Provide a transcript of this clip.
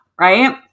right